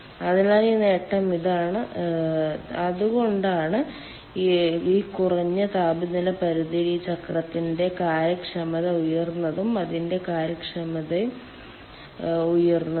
അതിനാൽ ഈ നേട്ടം ഇതാണ് നേട്ടം അതുകൊണ്ടാണ് ഈ കുറഞ്ഞ താപനില പരിധിയിൽ ഈ ചക്രത്തിന്റെ കാര്യക്ഷമത ഉയർന്നതും അതിന്റെ കാര്യക്ഷമതയും ഉയർന്നതും